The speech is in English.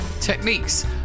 techniques